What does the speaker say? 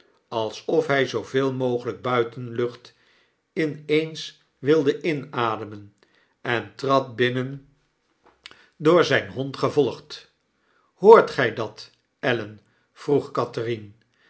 alsof hjj zooveel mogelyk buitenlucht in eens wilde inademen en trad binnen door zjjn hond gevolgd hoort gij dat ellen vroeg